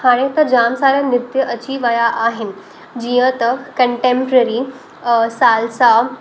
हाणे त जाम सारा नृत्य अची विया आहिनि जीअं त कंटेम्पररी सालसा